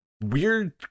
weird